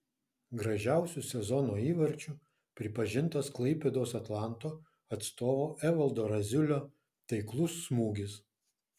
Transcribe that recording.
gražiausiu sezono įvarčiu pripažintas klaipėdos atlanto atstovo evaldo raziulio taiklus smūgis